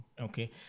okay